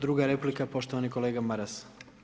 Druga replika poštovani kolega Maras.